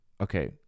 Okay